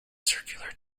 circular